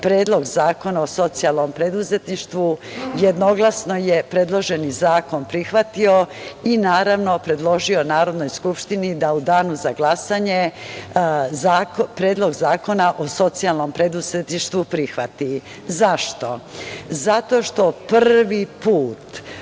Predlog zakona o socijalnom preduzetništvu, jednoglasno je predloženi zakon prihvatio i, naravno, predložio Narodnoj skupštini da u danu za glasanje Predlog zakona o socijalnom preduzetništvu prihvati.Zašto? Zato što prvi put